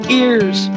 ears